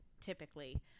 typically